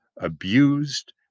abused